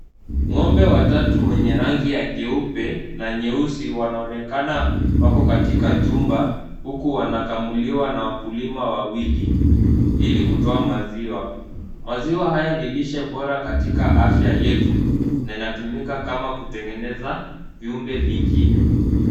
Ng'ombe watatu wenye rangi ya nyeupe na nyeusi wanaonekana wako katika jumba huku wanakamuliwa na wakulima wawili ili kutoa maziwa. Maziwa haya ni lishe bora katika afya yetu na inatumika kama kutengeneza viumbe vingine.